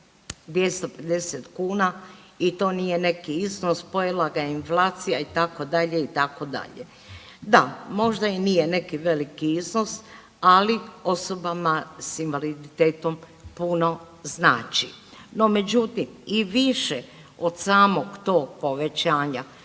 250 kuna i to nije neki iznos, pojela ga je inflacija itd., itd., da možda i nije neki veliki iznos ali osobama s invaliditetom puno znači. No, međutim i više od samog tog povećanja